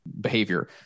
behavior